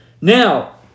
Now